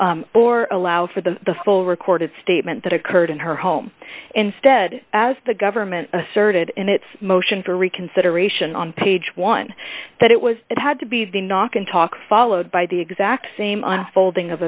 or allow for the the full recorded statement that occurred in her home instead as the government asserted in its motion for reconsideration on page one that it was it had to be the knock and talk followed by the exact same unfolding of